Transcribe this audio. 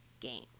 game